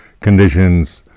conditions